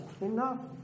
enough